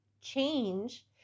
change